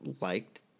liked